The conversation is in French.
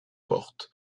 portes